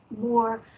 more